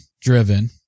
driven